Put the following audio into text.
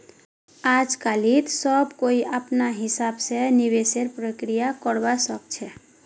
आजकालित सब कोई अपनार हिसाब स निवेशेर प्रक्रिया करवा सख छ